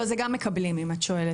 לא, זה גם מקבלים אם את שואלת.